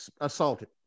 assaulted